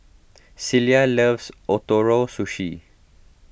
Cilla loves Ootoro Sushi